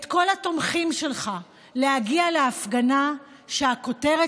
את כל התומכים שלך להגיע להפגנה שהכותרת